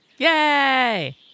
Yay